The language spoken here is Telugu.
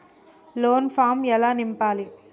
లోన్ ఫామ్ ఎలా నింపాలి?